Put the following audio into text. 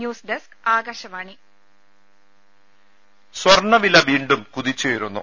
news desk Akashvani സ്വർണവില വീണ്ടും കുതിച്ചുയരുന്നു